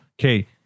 okay